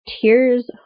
tears